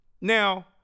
Now